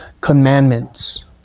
commandments